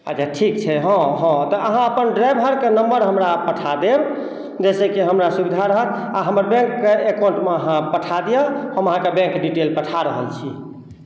अच्छा ठीक छै हँ हँ तऽ अहाँ अपन ड्राइवरके नम्बर हमरा पठा देब जइसेकि हमरा सुविधा रहत आओर हमर बैंकके अकाउन्टमे अहाँ पठा दिअ हम अहाँके बैंक डिटेल पठा रहल छी